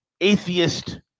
atheist